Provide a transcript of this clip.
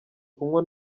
kunywa